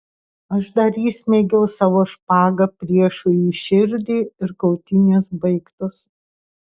aš dar įsmeigiau savo špagą priešui į širdį ir kautynės baigtos